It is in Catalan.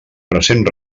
present